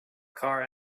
car